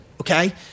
Okay